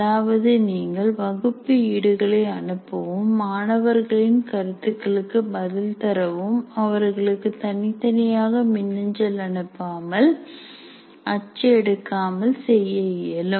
அதாவது நீங்கள் வகுப்பு ஈடுகளை அனுப்பவும் மாணவர்களின் கருத்துகளுக்கு பதில் தரவும் அவர்களுக்கு தனித்தனியாக மின்னஞ்சல் அனுப்பாமல அச்சு எடுக்காமல் செய்ய இயலும்